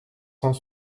cent